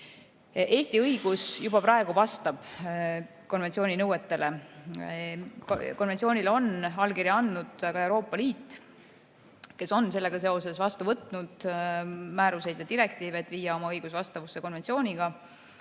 Eesti õigus vastab juba praegu konventsiooni nõuetele. Konventsioonile on allkirja andnud ka Euroopa Liit, kes on sellega seoses vastu võtnud määruseid ja direktiive, et viia oma õigus konventsiooniga